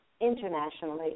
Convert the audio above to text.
internationally